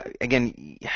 again